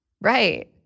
Right